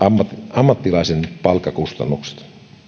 ammattilaisen palkkakustannukset